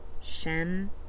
Shem